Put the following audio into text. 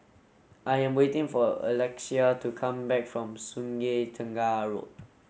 I am waiting for Alexia to come back from Sungei Tengah Road